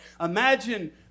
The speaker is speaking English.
imagine